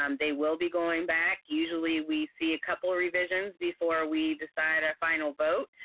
um they will be going back. usually, we see a couple revisions before we decide our final vote,